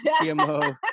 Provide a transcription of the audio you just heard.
CMO